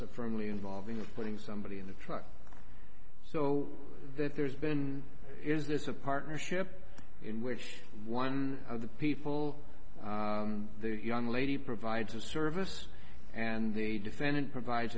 so firmly involving putting somebody in the truck so there's been is this a partnership in which one of the people the young lady provides a service and the defendant provides